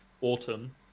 Autumn